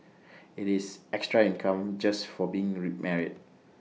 IT is extra income just for being remarried